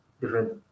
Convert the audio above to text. different